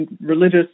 religious